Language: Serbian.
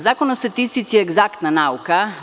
Zakon o statistici je egzaktna nauka.